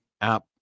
app